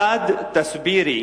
כיצד תסבירי